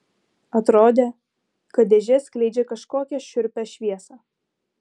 atrodė kad dėžė skleidžia kažkokią šiurpią šviesą